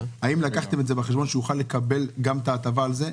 האם לקחתם את זה בחשבון והוא יוכל לקבל את ההטבה גם על זה?